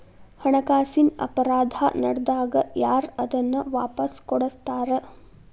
ಹಣಕಾಸಿನ್ ಅಪರಾಧಾ ನಡ್ದಾಗ ಯಾರ್ ಅದನ್ನ ವಾಪಸ್ ಕೊಡಸ್ತಾರ?